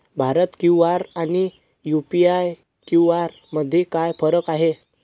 Bharat QR आणि UPI QR मध्ये काय फरक आहे?